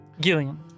Gillian